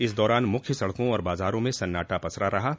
इस दौरान मुख्य सड़कों और बाजारों में सन्नाटा पसरा हआ है